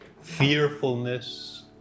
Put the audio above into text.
fearfulness